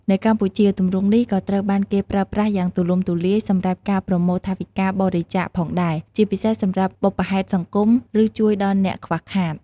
នៅកម្ពុជា ទម្រង់នេះក៏ត្រូវបានគេប្រើប្រាស់យ៉ាងទូលំទូលាយសម្រាប់ការប្រមូលថវិកាបរិច្ចាគផងដែរ ជាពិសេសសម្រាប់បុព្វហេតុសង្គម ឬជួយដល់អ្នកខ្វះខាត។